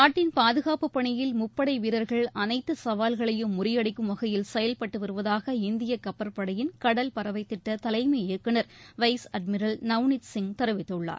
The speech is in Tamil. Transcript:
நாட்டின் பாதுகாப்புப்பணியில் முப்படை வீரர்கள் அனைத்து சவால்களையும் முறியடிக்கும் வகையில் செயல்பட்டு வருவதாக இந்திய கப்பற்படையின் கடல் பறவை திட்ட தலைமை இயக்குனர் வைஸ் அட்மிரல் நவ்னீத் சிங் தெரிவித்துள்ளார்